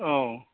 औ